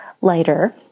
lighter